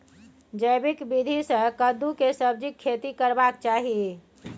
जैविक विधी से कद्दु के सब्जीक खेती करबाक चाही?